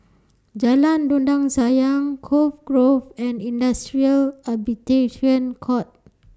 Jalan Dondang Sayang Cove Grove and Industrial Arbitration Court